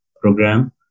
program